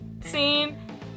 scene